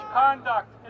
conduct